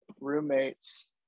roommates